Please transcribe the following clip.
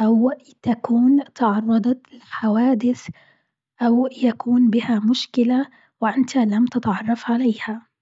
أو تكون تعرضت لحوادث أو يكون بها مشكلة وأنت لم تتعرف عليها.